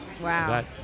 Wow